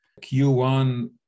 Q1